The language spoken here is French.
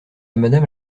madame